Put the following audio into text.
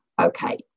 Okay